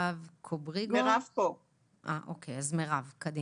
אין